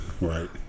Right